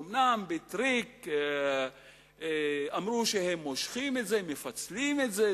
אומנם בטריק אמרו שהם מושכים את זה, מפצלים את זה.